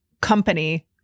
company